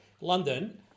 London